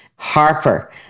Harper